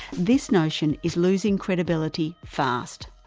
this notion is losing credibility fast.